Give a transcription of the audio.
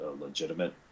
legitimate